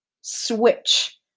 switch